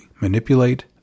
Manipulate